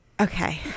Okay